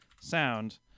sound